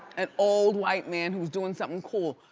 an old white man who was doing something cool.